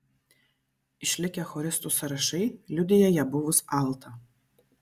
išlikę choristų sąrašai liudija ją buvus altą